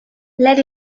let